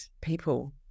people